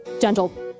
gentle